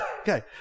okay